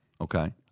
Okay